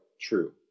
true